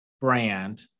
brand